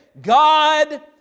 God